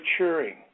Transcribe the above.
maturing